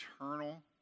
eternal